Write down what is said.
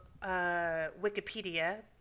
Wikipedia